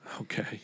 Okay